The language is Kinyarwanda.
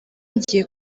ngiye